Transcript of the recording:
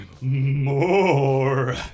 more